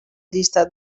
llistat